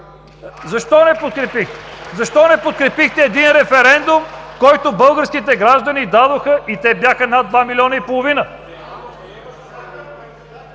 Защо не подкрепихте един референдум, който българските граждани дадоха, и те бяха над 2,5 милиона?